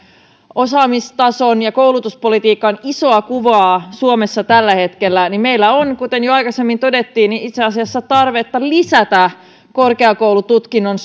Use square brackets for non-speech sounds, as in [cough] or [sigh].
osaamistason ja koulutuspolitiikan isoa kuvaa suomessa tällä hetkellä niin meillä on kuten jo aikaisemmin todettiin itse asiassa tarvetta lisätä korkeakoulututkinnon [unintelligible]